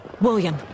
William